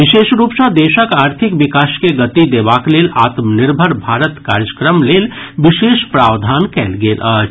विशेष रूप सॅ देशक आर्थिक विकास के गति देबाक लेल आत्मनिर्भर भारत कार्यक्रम लेल विशेष प्रावधान कयल गेल अछि